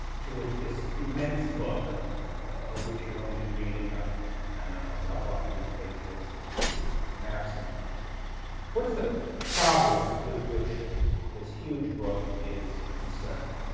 to which this immense book of which you're reading, ah i don't know, a couple of hundred pages maximum what is the problem with which this huge book is concerned?